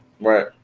Right